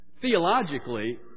theologically